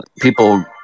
People